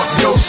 yo